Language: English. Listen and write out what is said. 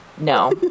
no